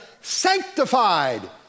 sanctified